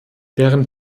deren